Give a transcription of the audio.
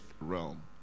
realm